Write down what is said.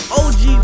og